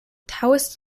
taoist